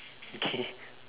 okay